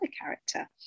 character